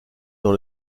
dans